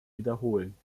wiederholen